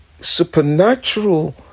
supernatural